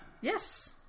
Yes